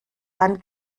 dann